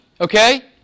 okay